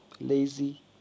Lazy